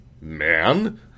man